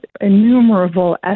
innumerable